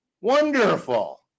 Wonderful